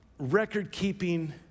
record-keeping